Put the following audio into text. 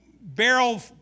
barrel